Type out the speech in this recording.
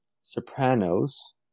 Sopranos